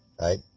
right